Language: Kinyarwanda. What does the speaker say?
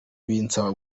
binsaba